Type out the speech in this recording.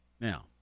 now